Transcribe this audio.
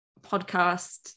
podcast